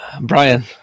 Brian